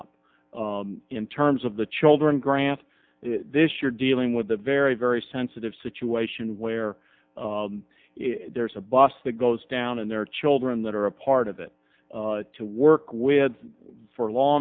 p in terms of the children grant this you're dealing with a very very sensitive situation where there's a bus that goes down and there are children that are a part of it to work with for law